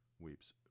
weeps